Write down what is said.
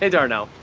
ah darnell.